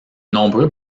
nombreux